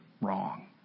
wrong